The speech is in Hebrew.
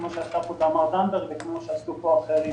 כמו שעשתה פה תמר זנדברג וכמו שעשו פה אחרים.